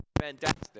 fantastic